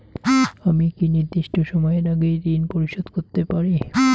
আমি কি নির্দিষ্ট সময়ের আগেই ঋন পরিশোধ করতে পারি?